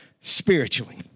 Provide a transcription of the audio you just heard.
spiritually